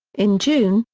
in june,